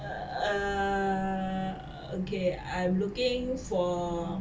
err okay I'm looking for